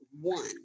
one